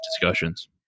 discussions